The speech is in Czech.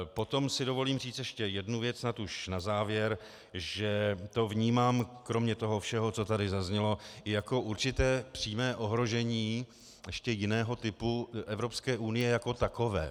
Potom si dovolím říct ještě jednu věc snad už na závěr, že to vnímám kromě toho všeho, co tady zaznělo, jako určité přímé ohrožení ještě jiného typu Evropské unie jako takové.